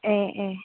ꯑꯦ ꯑꯦ